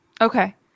Okay